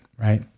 right